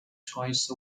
choice